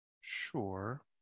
Sure